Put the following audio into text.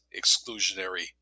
exclusionary